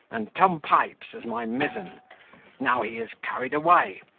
and tom pipes as my mizen now he is carried away,